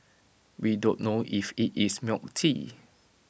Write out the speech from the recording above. we don't know if IT is milk tea